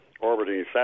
orbiting